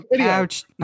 Ouch